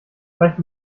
reich